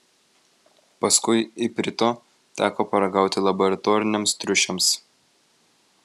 paskui iprito teko paragauti laboratoriniams triušiams